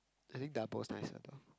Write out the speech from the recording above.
I think double is nicer though